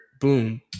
Boom